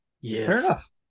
Yes